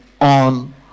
on